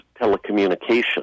telecommunications